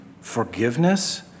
forgiveness